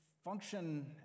Function